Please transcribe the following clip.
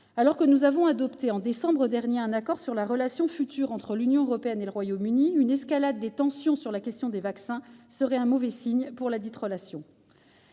Alors que nous avons adopté, en décembre dernier, un accord sur la relation future entre l'Union européenne et le Royaume-Uni, une escalade des tensions sur la question des vaccins serait un mauvais signe pour ladite relation.